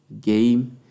game